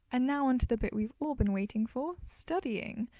and now onto the bit we've all been waiting for. studying!